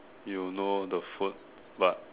you know the food but